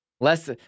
less